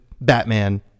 Batman